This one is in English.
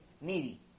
needy